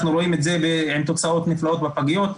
אנחנו רואים את זה עם תוצאות נפלאות בפגיות,